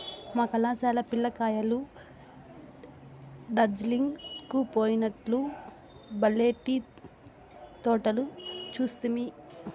మా కళాశాల పిల్ల కాయలు డార్జిలింగ్ కు పోయినప్పుడు బల్లే టీ తోటలు చూస్తిమి